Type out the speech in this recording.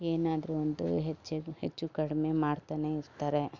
ಏನಾದ್ರೂ ಒಂದು ಹೆಚ್ಚು ಹೆಚ್ಚು ಕಡಿಮೆ ಮಾಡ್ತಾನೆ ಇರ್ತಾರೆ